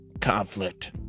conflict